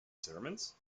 sermons